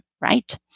right